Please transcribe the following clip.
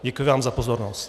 Děkuji vám za pozornost.